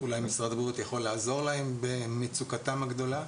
אולי משרד הבריאות יכול לעזור להן במצוקתן הגדולה.